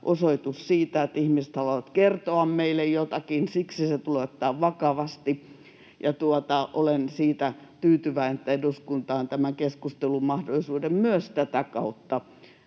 osoitus siitä, että ihmiset haluavat kertoa meille jotakin. Siksi se tulee ottaa vakavasti, ja olen tyytyväinen, että eduskunta on tämän keskustelun mahdollisuuden myös tätä kautta